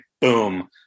boom